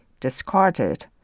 discarded